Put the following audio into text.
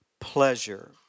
pleasure